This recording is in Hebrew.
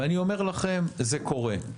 ואני אומר לכם שזה קורה.